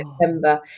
September